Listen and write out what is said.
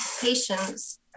patients